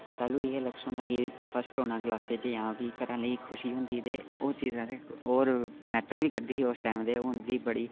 पैह्ला इ'यै लक्ष होंदा कि फस्ट होना क्लासै च जां फ्ही घरै आह्लें गी खुशी होंदी ते ओह् चीजां ते होर मैटर बी करदी ही उस टैम ते हून बी बड़ी